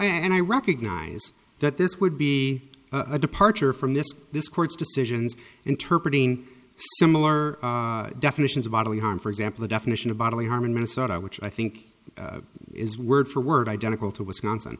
and i recognize that this would be a departure from this this court's decisions interpretating similar definitions of bodily harm for example the definition of bodily harm in minnesota which i think is word for word identical to wisconsin